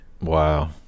Wow